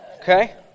Okay